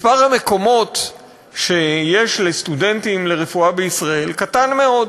מספר המקומות שיש לסטודנטים לרפואה בישראל קטן מאוד,